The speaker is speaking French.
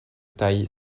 taille